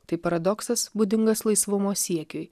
tai paradoksas būdingas laisvumo siekiui